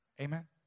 Amen